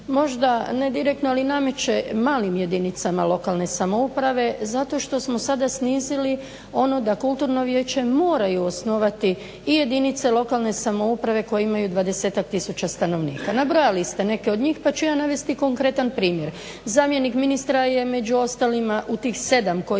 možda ne direktno ali nameće malim jedinicama lokalne samouprave zato što smo sada snizili ono da kulturna vijeća moraju osnovati i jedinice lokalne samouprave koje imaju 20-tak tisuća stanovnika. Nabrojali ste neke od njih pa ću ja navesti konkretan primjer. Zamjenik ministra je među ostalima u tih 7 koji